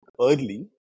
early